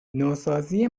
نوسازی